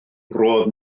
roedd